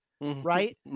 right